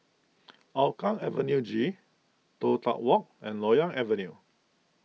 Hougang Avenue G Toh Tuck Walk and Loyang Avenue